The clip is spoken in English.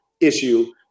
issue